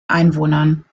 einwohnern